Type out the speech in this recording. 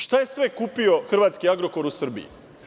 Šta je sve kupio hrvatski „Agrokor“ u Srbiji?